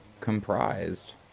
comprised